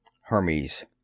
Hermes